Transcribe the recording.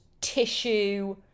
tissue